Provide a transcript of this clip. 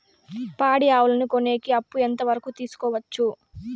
పాడి ఆవులని కొనేకి అప్పు ఎంత వరకు తీసుకోవచ్చు?